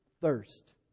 thirst